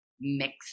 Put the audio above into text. mix